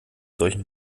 solchen